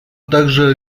также